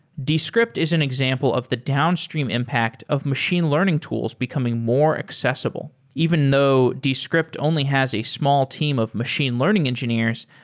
descript is an example of the downstream impact of machine learning tools becoming more accessible. even though descript only has a small team of machine learning engineers,